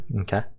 okay